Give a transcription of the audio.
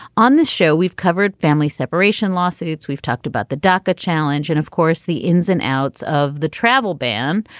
on this show, we've covered family separation lawsuits. we've talked about the dukkha challenge and of course, the ins and outs of the travel ban.